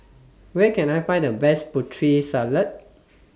Where Can I Find The Best Putri Salad